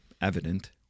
evident